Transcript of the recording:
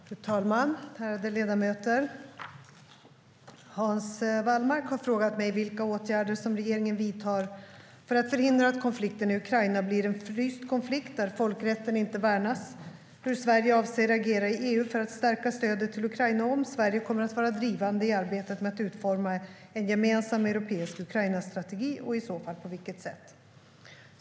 Fru talman! Ärade ledamöter! Hans Wallmark har frågat mig vilka åtgärder regeringen vidtar för att förhindra att konflikten i Ukraina blir en fryst konflikt där folkrätten inte värnas. Han har även frågat hur Sverige avser att agera i EU för att stärka stödet till Ukraina och om Sverige kommer att vara drivande i arbetet med att utforma en gemensam europeisk Ukrainastrategi, och i så fall på vilket sätt.